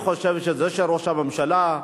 אני חושב שזה שראש הממשלה,